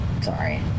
Sorry